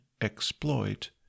exploit